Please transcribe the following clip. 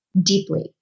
deeply